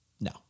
no